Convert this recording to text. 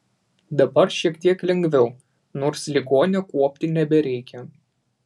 dabar šiek tiek lengviau nors ligonio kuopti nebereikia